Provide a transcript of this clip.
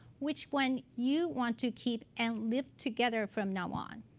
which one you want to keep and live together from now on.